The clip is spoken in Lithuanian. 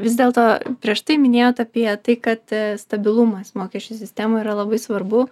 vis dėlto prieš tai minėjot apie tai kad stabilumas mokesčių sistemoj yra labai svarbu